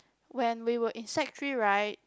when we were in sec three right